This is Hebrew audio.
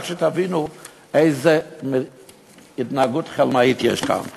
רק שתבינו איזה התנהגות חלמאית יש כאן.